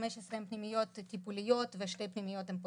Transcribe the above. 15 הן פנימיות טיפוליות ושתי פנימיות הן פוסט-אשפוזיות.